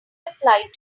applied